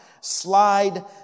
slide